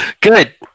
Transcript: Good